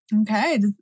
Okay